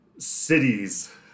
cities